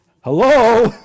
Hello